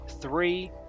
three